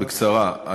בקצרה.